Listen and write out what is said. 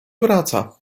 wraca